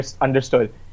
understood